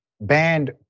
banned